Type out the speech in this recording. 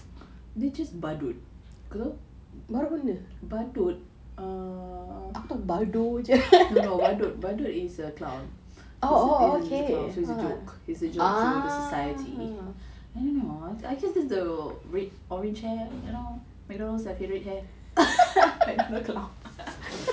dia just badut badut err no badut badut is a clown its a clown so its a joke he's a joke to the society anyway I guess this is the red orange hair you know Mcdonald's have red hair like a clown